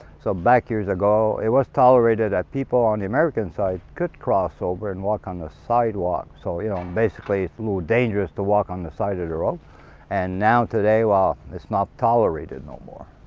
so back years ago, it was tolerated that people on the american side could cross over and walk on the sidewalk, so, you know basically it's dangerous to walk on the side of the road and now today, well, ah and it's not tolerated no more.